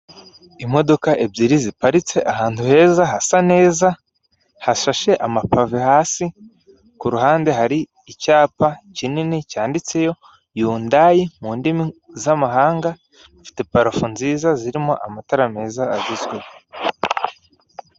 Imodoka ebyiri ziparitse ahantu heza hasa neza hasashe amapave hasi ku ruhande hari icyapa kinini cyanditseho Yundayi mu ndimi z'amahanga ifite parafo nziza zirimo amatara meza agezweho.